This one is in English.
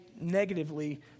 negatively